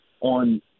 on